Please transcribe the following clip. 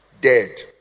Dead